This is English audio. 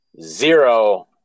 zero